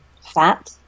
fat